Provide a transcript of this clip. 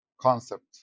concept